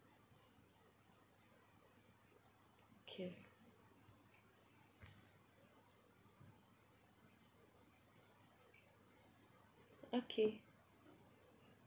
okay okay